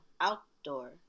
outdoor